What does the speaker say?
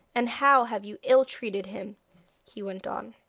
and how have you ill-treated him he went on.